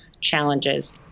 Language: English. challenges